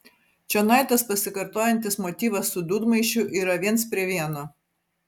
čionai tas pasikartojantis motyvas su dūdmaišiu yra viens prie vieno